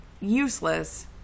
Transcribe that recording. useless